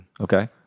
Okay